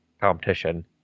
competition